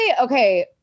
okay